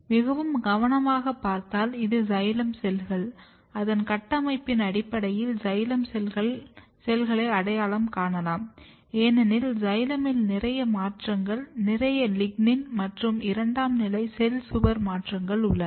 மிகவும் கவனமாகப் பார்த்தால் இது சைலம் செல்கள் அதன் கட்டமைப்பின் அடிப்படையில் சைலம் செல்களை அடையாளம் காணலாம் ஏனெனில் சைலமில் நிறைய மாற்றங்கள் நிறைய லிக்னின் மற்றும் இரண்டாம் நிலை செல் சுவர் மாற்றங்கள் உள்ளன